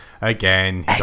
again